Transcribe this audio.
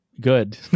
Good